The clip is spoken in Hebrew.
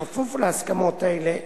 בכפוף להסכמות אלה,